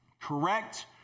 Correct